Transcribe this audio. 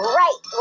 right